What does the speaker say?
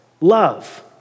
love